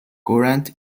current